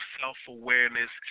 self-awareness